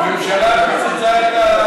יש לך הצעה?